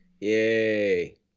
Yay